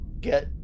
get